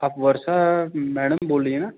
आप वर्षा मैडम बोल रही है ना